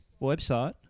website